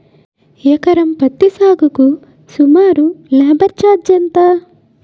ఎకరం పత్తి సాగుకు సుమారు లేబర్ ఛార్జ్ ఎంత?